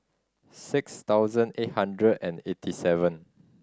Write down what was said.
six thousand eight hundred and eighty seven